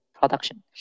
production